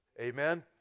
Amen